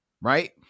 right